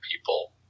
people